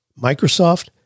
Microsoft